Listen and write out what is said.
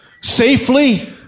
safely